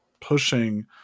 pushing